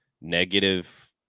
negative